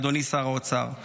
אדוני שר האוצר,